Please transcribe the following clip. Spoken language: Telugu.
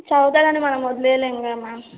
చదువుతారని మనం వదిలేయలేము కదా మ్యామ్